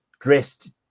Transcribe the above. dressed